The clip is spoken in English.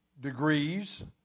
degrees